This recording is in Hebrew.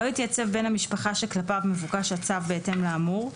לא התייצב בן המשפחה שכלפיו מבוקש הצו בהתאם לאמור,